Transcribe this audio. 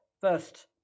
first